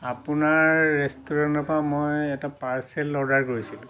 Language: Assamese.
আপোনাৰ ৰেষ্টুৰেণ্টৰপৰা মই এটা পাৰ্চেল অৰ্ডাৰ কৰিছিলোঁ